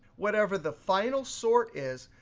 whatever the final sort is,